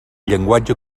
llenguatge